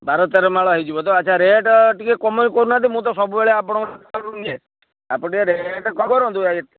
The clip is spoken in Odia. ବାର ତେର ମାଳ ହେଇଯିବ ତ ଆଚ୍ଛା ରେଟ୍ ଟିକିଏ କମାଇକି କହୁନାହାନ୍ତି ମୁଁ ତ ସବୁବେଳେ ଆପଣଙ୍କଠାରୁ ନିଏ ଆପଣ ଟିକିଏ ରେଟ୍ କମ୍ କରନ୍ତୁ